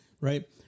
right